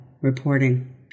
reporting